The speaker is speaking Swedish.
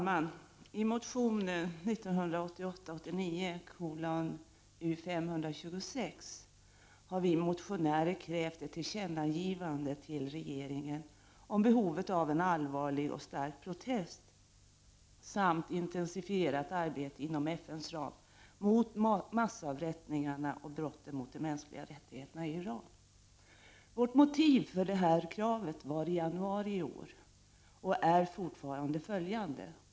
Herr talman! I motion 1988/89:U526 har vi motionärer krävt ett tillkännagivande till regeringen om behovet av en allvarlig och stark protest samt intensifierat arbete inom FN:s ram mot massavrättningarna och brotten mot de mänskliga rättigheterna i Iran. Vårt motiv för detta krav var i januari i år och är fortfarande följande.